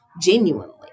genuinely